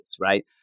right